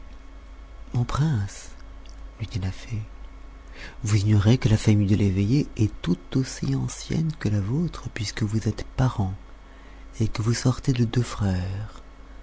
mon prince lui dit la fée vous ignorez que la famille de l'eveillé est tout aussi ancienne que la vôtre puisque vous êtes parents et que vous sortez de deux frères